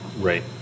Right